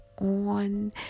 On